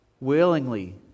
willingly